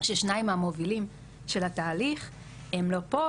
ששניים מהמובילים של התהליך הם לא פה,